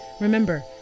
remember